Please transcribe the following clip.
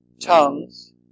tongues